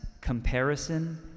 comparison